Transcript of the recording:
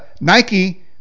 Nike